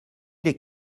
les